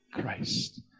Christ